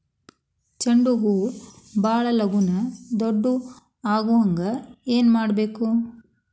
ಚಂಡ ಹೂ ಭಾಳ ಲಗೂನ ದೊಡ್ಡದು ಆಗುಹಂಗ್ ಏನ್ ಮಾಡ್ಬೇಕು?